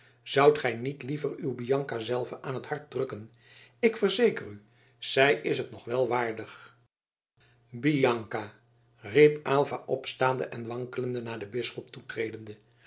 zoudt gij niet liever uw bianca zelve aan t hart drukken ik verzeker u zij is het nog wel waardig bianca riep aylva opstaande en wankelende naar den bisschop toetredende